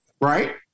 Right